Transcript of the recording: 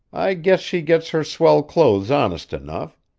i guess she gets her swell clothes honest enough.